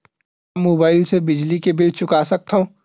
का मुबाइल ले बिजली के बिल चुका सकथव?